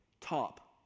top